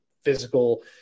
physical